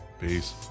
Peace